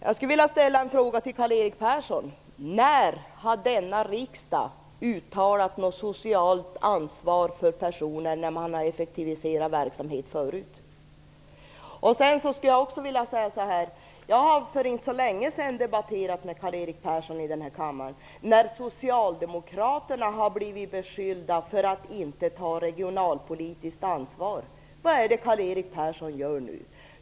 Jag skulle vilja ställa en fråga till Karl-Erik Persson: När har denna riksdag uttalat ett socialt ansvar för människor i samband med effektivisering av verksamhet? Jag skulle också vilja säga en annan sak. Jag debatterade för inte så länge sedan med Karl-Erik Persson här i kammaren, och Socialdemokraterna blev då beskyllda för att inte ta regionalpolitiskt ansvar. Vad är det Karl-Erik Persson gör nu?